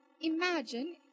imagine